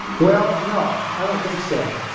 well, no, i don't think so.